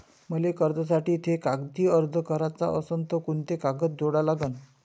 मले कर्जासाठी थे कागदी अर्ज कराचा असन तर कुंते कागद जोडा लागन?